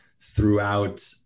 throughout